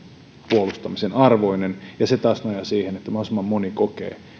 puolustamisen arvoinen ja se taas nojaa siihen että mahdollisimman moni kokee